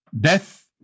death